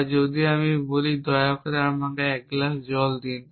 বা যদি আমি বলি দয়া করে আমাকে এক গ্লাস জল দিন